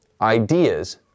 ideas